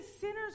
sinners